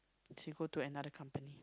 she go to another company